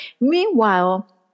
Meanwhile